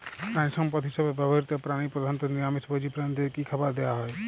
প্রাণিসম্পদ হিসেবে ব্যবহৃত প্রাণী প্রধানত নিরামিষ ভোজী প্রাণীদের কী খাবার দেয়া হয়?